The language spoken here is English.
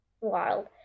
wild